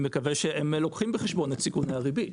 אני מקווה שהם לוקחים בחשבון את סיכוני הריבית.